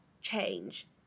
change